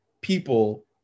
people